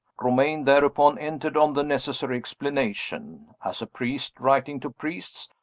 romayne, thereupon, entered on the necessary explanation. as a priest writing to priests,